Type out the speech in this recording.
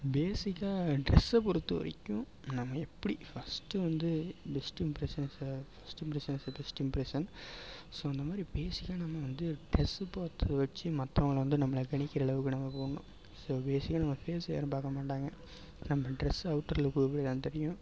பேஸிக்காக ட்ரெஸ்ஸை பொறுத்த வரைக்கும் நம்ம எப்படி ஃபஸ்ட்டு வந்து best impression is the first impression is the best impression so அந்த மாதிரி பேஸிக்காக நம்ம வந்து ட்ரெஸ்ஸு பார்த்து வச்சு மத்தவங்களை வந்து நம்மளை கணிக்கிற அளவுக்கு நம்ம போடணும் ஸோ பேஸிக்காக நம்ம ஃபேஸை யாரும் பார்க்க மாட்டாங்க நம்ம ட்ரெஸ்ஸு அவுட்டர் லுக்கு இப்படி தான் தெரியும்